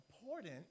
important